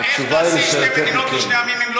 תעשי שתי מדינות לשני עמים?